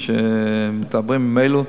מה שמדברים בימים אלו,